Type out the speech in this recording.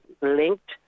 linked